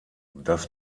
das